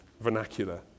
vernacular